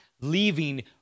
leaving